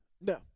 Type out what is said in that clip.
No